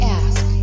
ask